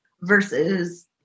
versus